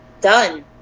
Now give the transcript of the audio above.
done